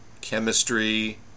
chemistry